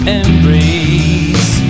embrace